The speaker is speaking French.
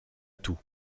tout